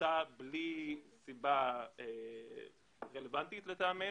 נדחתה בלי סיבה רלוונטית, לטעמנו.